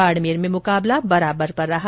बाड़मेर में मुकाबला बराबर रहा